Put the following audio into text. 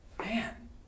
Man